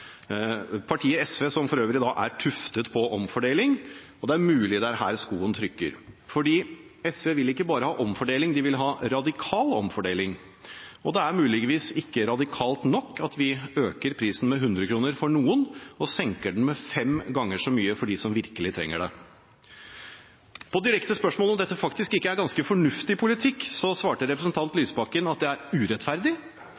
Partiet SV er for øvrig tuftet på omfordeling, og det er mulig det er her skoen trykker? For SV vil ikke bare ha omfordeling, de vil ha «radikal omfordeling». Da er det muligens ikke radikalt nok at vi øker prisen med 100 kr for noen og senker den med fem ganger så mye for dem som virkelig trenger det. På direkte spørsmål om dette ikke faktisk er en ganske fornuftig politikk, svarte